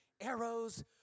arrows